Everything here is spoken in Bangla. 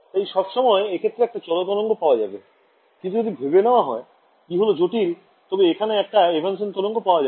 তাই সবসময় এক্ষেত্রে একটা চল তরঙ্গ পাওয়া যাবে কিন্তু যদি ভেবে নেওয়া হয় যে e হল জটিল তবে এখানে একটা এভান্সেন্ত তরঙ্গ পাওয়া যাবে